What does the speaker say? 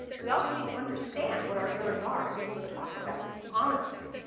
we also need to understand what our errors are and be able to talk about them honestly.